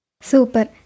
Super